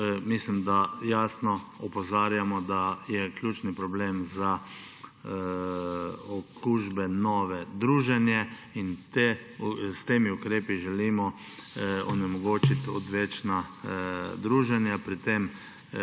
mislim, da jasno opozarjamo, da je ključni problem za nove okužbe druženje in s temi ukrepi želimo onemogočiti odvečna druženja,